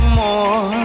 more